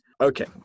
okay